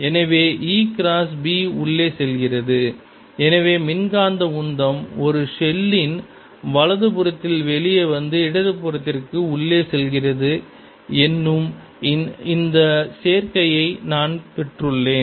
எனவே E cross B உள்ளே செல்கிறது எனவே மின்காந்த உந்தம் ஒரு ஷெல்லின் வலதுபுறத்தில் வெளியே வந்து இடது புறத்திற்கு உள்ளே செல்கிறது என்னும் இந்த சேர்க்கையை நான் பெற்றுள்ளேன்